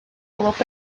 glwb